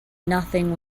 nothing